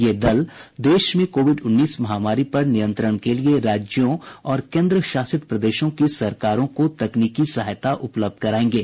ये दल देश में कोविड उन्नीस महामारी पर नियंत्रण के लिए राज्यों और केंद्रशासित प्रदेशों की सरकारों को तकनीकी सहायता उपलब्ध कराएगे